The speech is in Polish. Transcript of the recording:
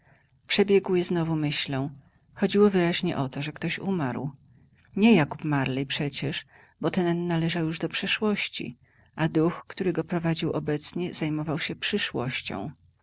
je znowu myślą chodziło wyraźnie o to że ktoś umarł nie jakób marley przecież bo ten należał już do przeszłości a duch który go prowadził obecnie zajmował się przyszłością